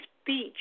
speech